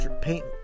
Paint